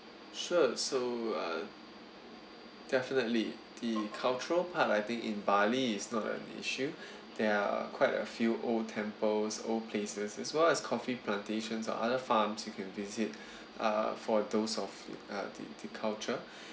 sure so uh definitely the cultural part I think in bali is not an issue there are quite a few old temples old places as well as coffee plantations or other farms you can visit uh for those of uh the the culture